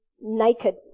naked